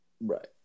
Right